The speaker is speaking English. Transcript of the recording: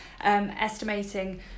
estimating